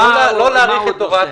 מה עוד יש להם?